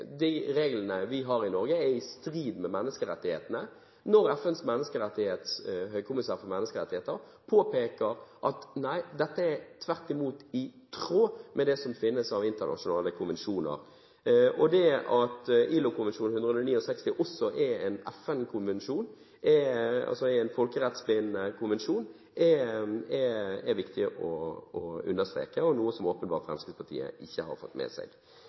de reglene vi har i Norge, er i strid med menneskerettighetene når FNs høykommissær for menneskerettigheter påpeker at dette tvert imot er i tråd med det som finnes av internasjonale konvensjoner. Det at ILO-konvensjon nr. 169 også er en FN-konvensjon, en folkerettsbindende konvensjon, er viktig å understreke, og noe som Fremskrittspartiet åpenbart ikke har fått med seg.